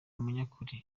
umunyakuri